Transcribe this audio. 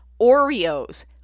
Oreos